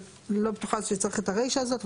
אבל אני לא בטוחה שצריך את הרישה הזאת,